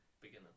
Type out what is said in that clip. beginner